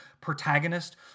protagonist